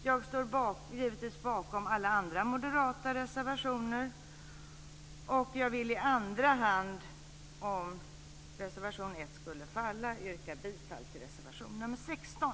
Jag står givetvis bakom alla andra moderata reservationer, och jag vill i andra hand, om reservation 1 skulle falla, yrka bifall till reservation 16.